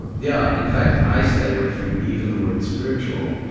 yeah. in fact, i stay away from even the word spiritual.